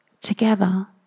Together